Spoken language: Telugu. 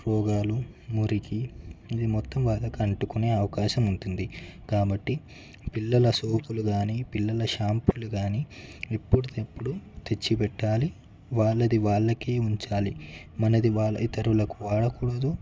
రోగాలు మురికి అది మొత్తం వాళ్ళకి అంటుకునే అవకాశం ఉంటుంది కాబట్టి పిల్లల సోపులు కానీ పిల్లల షాంపులు కానీ ఎప్పటికప్పుడు తెచ్చిపెట్టాలి వాళ్ళది వాళ్ళకే ఉంచాలి మనది వాళ్ళది ఇతరులకు వాడకూడదు